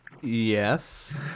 Yes